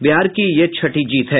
बिहार की यह छठी जीत है